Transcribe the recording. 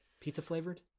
Pizza-flavored